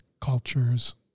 cultures